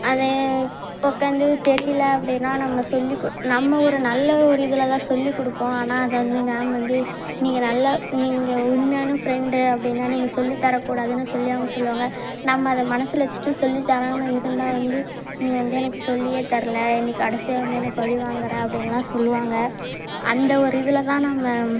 அதை உட்காந்து தெரியலை அப்படின்னா நம்ம சொல்லி கு நம்ம ஒரு நல்ல ஒரு இதில் தான் சொல்லி கொடுப்போம் ஆனால் அது வந்து மேம் வந்து நீங்கள் நல்லா நீங்கள் உண்மையான ஃப்ரெண்ட்டு அப்படின்னா நீங்கள் சொல்லி தரக்கூடாதுன்னு சொல்லி அவங்க சொல்லுவாங்க நம்ம அதை மனசில் வச்சிகிட்டு சொல்லி தராமல் இருந்தால் வந்து நீ வந்து எனக்கு சொல்லியே தரலை இனி கடைசியாக வந்து என்ன பழிவாங்கிற அப்படின்லாம் சொல்லுவாங்க அந்த ஒரு இதில் தான் நம்ம